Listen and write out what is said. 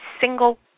single